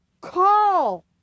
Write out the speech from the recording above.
Call